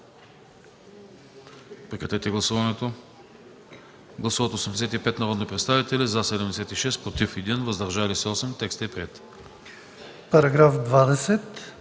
Прекратете гласуването.